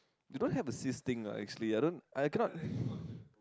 you don't have to seize thing ah actually I don't I cannot